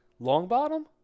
longbottom